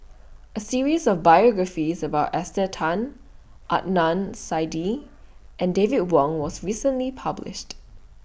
A series of biographies about Esther Tan Adnan Saidi and David Wong was recently published